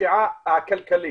בפשיעה הכלכלית.